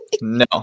No